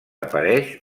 apareix